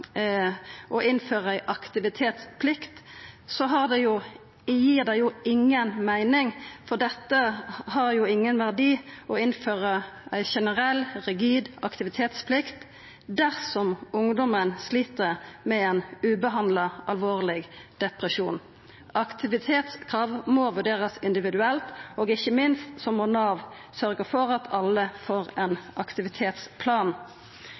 ei aktivitetsplikt, gir det inga meining, for det har ingen verdi å innføra ei generell, rigid aktivitetsplikt dersom ungdommen slit med ein ubehandla alvorleg depresjon. Aktivitetskrav må vurderast individuelt, og ikkje minst må Nav sørgja for at alle får